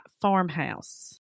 farmhouse